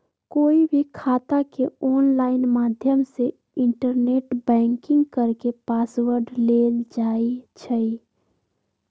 कोई भी खाता के ऑनलाइन माध्यम से इन्टरनेट बैंकिंग करके पासवर्ड लेल जाई छई